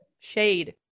shade